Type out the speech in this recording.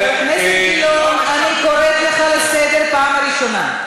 חבר הכנסת גילאון, אני קוראת לך לסדר פעם ראשונה.